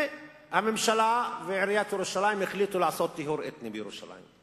והממשלה ועיריית ירושלים החליטו לעשות טיהור אתני בירושלים.